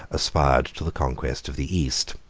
aspired to the conquest of the east.